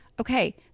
okay